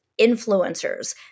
influencers